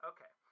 Okay